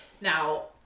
Now